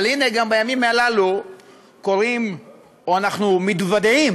אבל הנה, גם בימים הללו קורים או אנחנו מתוודעים